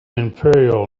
imperial